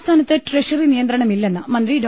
സംസ്ഥാനത്ത് ട്രഷറി നിയന്ത്രണമില്ലെന്ന് മന്ത്രി ഡോ